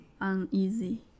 uneasy